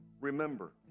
Remember